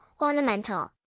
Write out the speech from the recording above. ornamental